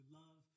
love